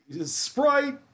Sprite